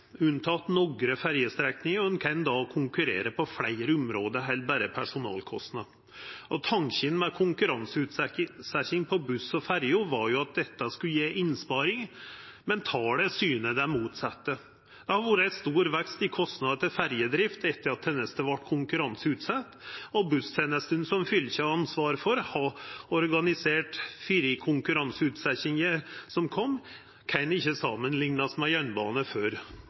nokre ferjestrekningar. Ein kan då konkurrera på fleire område enn berre på personalkostnader. Tanken med konkurranseutsetjing på buss og ferjer var at dette skulle gje innsparing, men tala syner det motsette. Det har vore ein stor vekst i kostnader til ferjedrift etter at tenesta vart konkurranseutsett. Busstenestene som fylka har ansvaret for, og har organisert før konkurranseutsetjinga kom, kan ikkje samanliknast med jernbane før